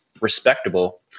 respectable